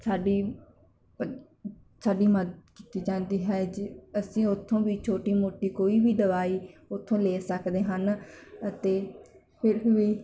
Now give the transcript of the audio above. ਸਾਡੀ ਸਾਡੀ ਮਦਦ ਕੀਤੀ ਜਾਂਦੀ ਹੈ ਜੇ ਅਸੀਂ ਉੱਥੋਂ ਵੀ ਛੋਟੀ ਮੋਟੀ ਕੋਈ ਵੀ ਦਵਾਈ ਉੱਥੋਂ ਲੈ ਸਕਦੇ ਹਨ ਅਤੇ ਫਿਰ ਵੀ